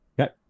Okay